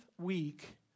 week